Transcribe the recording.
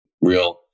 real